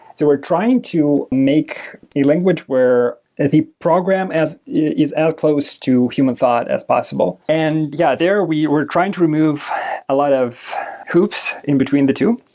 so we're trying to make a language where the program is as close to human thought as possible. and yeah, there we were trying to remove a lot of hoops in between the two.